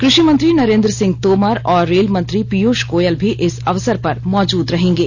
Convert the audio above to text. कृषि मंत्री नरेंद्र सिंह तोमर और रेल मंत्री पीयूष गोयल भी इस अवसर पर मौजूद रहेंगे